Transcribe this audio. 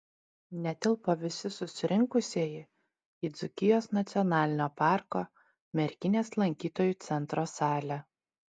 netilpo visi susirinkusieji į dzūkijos nacionalinio parko merkinės lankytojų centro salę